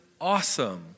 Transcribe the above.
awesome